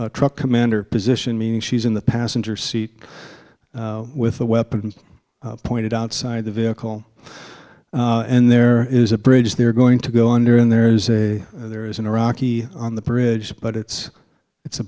c truck commander position meaning she's in the passenger seat with the weapons pointed outside the vehicle and there is a bridge they're going to go under and there's a there is an iraqi on the bridge but it's it's a